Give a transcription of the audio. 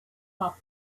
thought